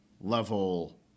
level